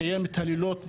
לקיים את הלילות ברמדאן,